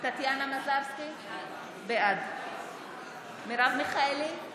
טטיאנה מזרסקי, בעד מרב מיכאלי,